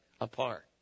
apart